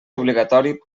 obligatori